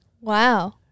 Wow